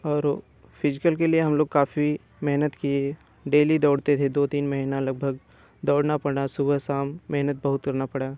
और फिजिकल के लिए हम लोग काफ़ी मेहनत किए डेली दौड़ते थे दो तीन महीना लगभग दौड़ना पड़ा सुबह शाम मेहनत बहुत करना पड़ा